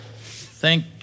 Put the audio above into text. Thank